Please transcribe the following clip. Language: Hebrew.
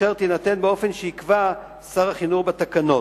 אשר תינתן באופן שיקבע שר החינוך בתקנות.